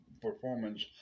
performance